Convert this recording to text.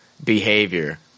behavior